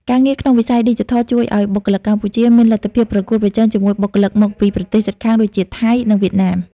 ការងារក្នុងវិស័យឌីជីថលជួយឱ្យបុគ្គលិកកម្ពុជាមានលទ្ធភាពប្រកួតប្រជែងជាមួយបុគ្គលិកមកពីប្រទេសជិតខាងដូចជាថៃ និងវៀតណាម។